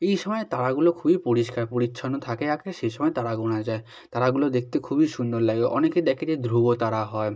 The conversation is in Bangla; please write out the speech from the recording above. এই সময় তারাগুলো খুবই পরিষ্কার পরিচ্ছন্ন থাকে আকাশে সেই সময় তারা গোনা যায় তারাগুলো দেখতে খুবই সুন্দর লাগে অনেকে দেখে যে ধ্রুবতারা হয়